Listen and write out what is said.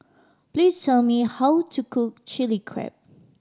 please tell me how to cook Chilli Crab